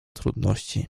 trudności